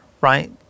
right